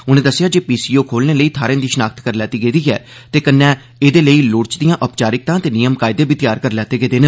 उनें दस्सेआ जे पीसीओ खोलने लेई थाहरें दी षनाख्त करी लैती गेदी ऐ ते कन्नै एहदे लेई लोड़चदियां ओपचारिक्ता ते नियम कायदे बी तैआर करी लेते गेदे न